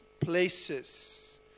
Places